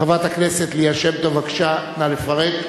חברת הכנסת ליה שמטוב, בבקשה, נא לפרט.